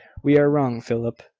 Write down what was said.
we are wrong, philip,